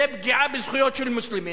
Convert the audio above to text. זו פגיעה בזכויות של מוסלמים.